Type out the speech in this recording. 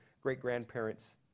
great-grandparents